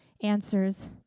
answers